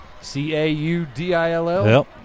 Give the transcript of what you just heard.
C-A-U-D-I-L-L